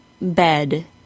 bed